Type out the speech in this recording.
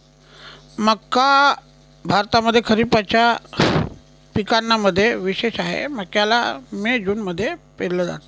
मक्का भारतामध्ये खरिपाच्या पिकांना मध्ये विशेष आहे, मक्याला मे जून मध्ये पेरल जात